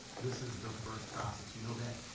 this is the first process, we know that.